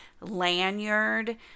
lanyard